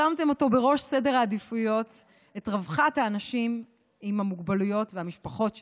שמתם בראש סדר העדיפויות את רווחת האנשים עם המוגבלויות והמשפחות שלהם.